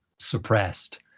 suppressed